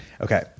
Okay